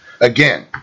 Again